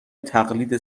تقلید